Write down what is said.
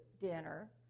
dinner